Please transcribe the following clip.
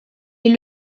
est